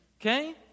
okay